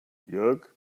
jörg